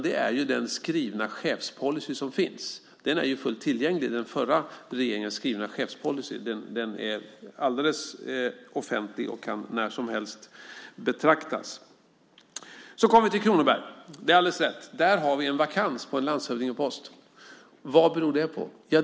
Det är den skrivna chefspolicy som finns. Den förra regeringens skrivna chefspolicy är fullt tillgänglig. Den är alldeles offentlig och kan när som helst betraktas. Så kommer vi till frågan om Kronoberg. Det är alldeles rätt att vi där har en vakans på en landshövdingepost. Vad beror det på?